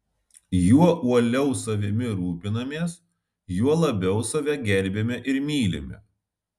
juo uoliau savimi rūpinamės juo labiau save gerbiame ir mylime